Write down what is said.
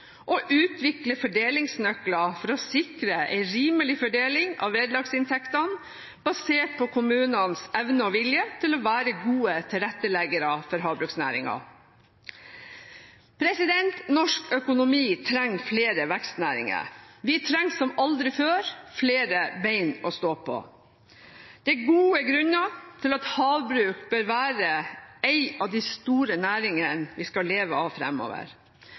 og utvikle fordelingsnøkler for å sikre en rimelig fordeling av vederlagsinntektene, basert på kommunenes evne og vilje til å være gode tilretteleggere for havbruksnæringen. Norsk økonomi trenger flere vekstnæringer. Vi trenger som aldri før flere ben å stå på. Det er gode grunner til at havbruk bør være en av de store næringene vi skal leve av fremover.